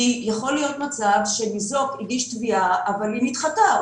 כי יכול להיות מצב שניזוק הגיש תביעה אבל היא נדחתה,